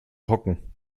hocken